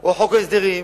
או חוק הסדרים